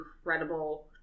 incredible